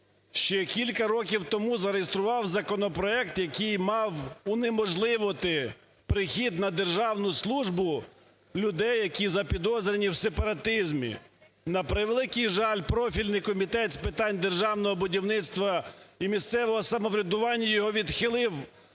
Ще кілька років тому зареєстрував законопроект, який мав унеможливити прихід на державну службу людей, які запідозрені в сепаратизмі. На превеликий жаль, профільний Комітет з питань державного будівництва і місцевого самоврядування його відхилив,